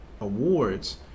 awards